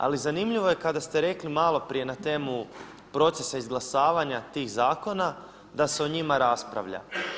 Ali zanimljivo je kada ste rekli malo prije na temu procesa izglasavanja tih zakona da se o njima raspravlja.